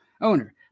owner